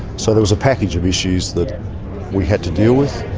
so there was a package of issues that we had to deal with.